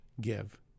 give